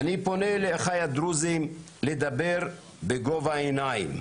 אני פונה לאחיי הדרוזים לדבר בגובה העיניים,